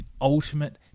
ultimate